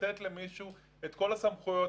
לתת למישהו את כל הסמכויות,